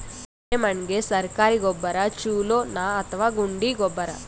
ಎರೆಮಣ್ ಗೆ ಸರ್ಕಾರಿ ಗೊಬ್ಬರ ಛೂಲೊ ನಾ ಅಥವಾ ಗುಂಡಿ ಗೊಬ್ಬರ?